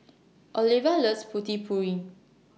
Oliva loves Putu Piring